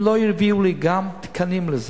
אם לא יביאו לי גם תקנים לזה.